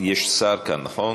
יש שר כאן, נכון?